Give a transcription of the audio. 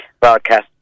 broadcast